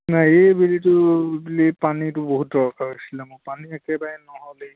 নাই এইবেলিতো এইবেলি পানীটো বহুত দৰকাৰ হৈছিলে মোক পানী একেবাৰে নহ'লেই